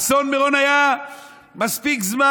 אסון מירון היה לפני מספיק זמן.